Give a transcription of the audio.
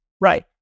Right